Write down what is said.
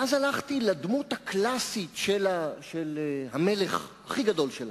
ואז הלכתי לדמות הקלאסית של המלך הכי גדול שלנו,